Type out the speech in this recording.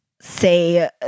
say